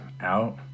out